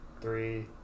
Three